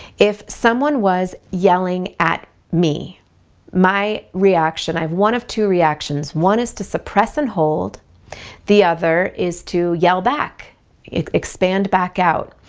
if someone was yelling at me my reaction, i have one of two reactions, one is to suppress and hold the other is to yell back it expand back out.